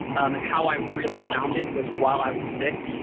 um how i really found it was while i was sick,